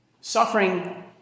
Suffering